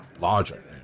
larger